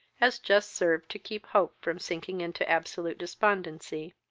as just served to keep hope from sinking into absolute despondency.